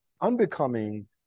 unbecoming